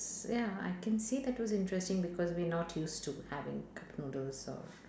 ya I can say that was interesting because we not used to having cup noodles